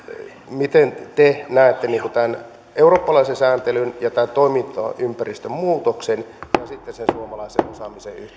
miten te näette tämän eurooppalaisen sääntelyn ja tämän toimintaympäristön muutoksen ja sitten sen suomalaisen osaamisen yhteennivoutumisen